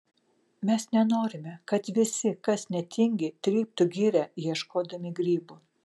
mes nenorime kad visi kas netingi tryptų girią ieškodami grybų